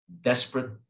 Desperate